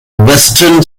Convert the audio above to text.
western